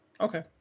Okay